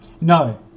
no